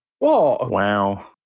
Wow